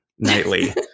nightly